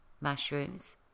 mushrooms